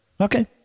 okay